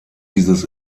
dieses